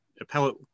appellate